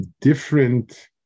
different